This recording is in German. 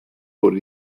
wurde